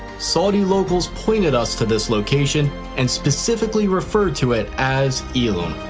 saudi locals pointed us to this location and specifically refer to it as elim.